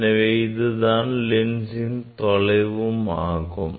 எனவே இதுதான் லென்சின் u தொலைவாகும்